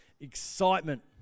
excitement